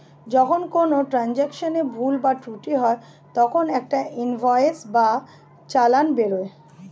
যখন কোনো ট্রান্জাকশনে ভুল বা ত্রুটি হয় তখন একটা ইনভয়েস বা চালান বেরোয়